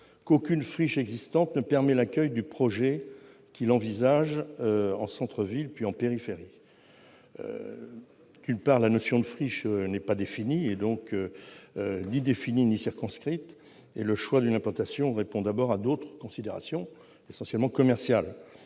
qu'aucune friche existante ne permet l'accueil du projet qu'il envisage, en centre-ville, d'abord, puis en périphérie. Outre que la notion de friche n'est ni définie ni circonscrite, le choix d'une implantation répond à d'autres considérations, essentiellement commerciales.